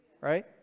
right